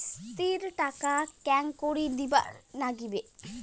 কিস্তির টাকা কেঙ্গকরি দিবার নাগীবে?